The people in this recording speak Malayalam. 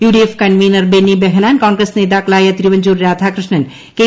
യുഡിഎഫ് കൺവീനർ ബെന്നി ബെഹനാൻ കോൺഗ്രസ് നേതാക്കളായ തിരുവഞ്ചൂർ രാധാകൃഷ്ണൻ കെ